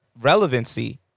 relevancy